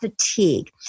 fatigue